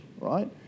right